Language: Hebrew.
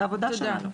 זו העבודה שלנו.